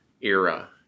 era